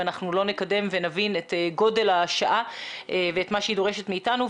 אנחנו לא נקדם ונבין את גודל השעה ואת מה שהיא דורשת מאיתנו,